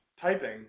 typing